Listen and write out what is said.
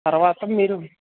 తరువాత మీరు